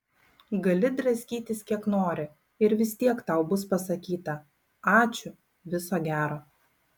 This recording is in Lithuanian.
gali draskytis kiek nori ir vis tiek tau bus pasakyta ačiū viso gero